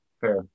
fair